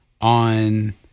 on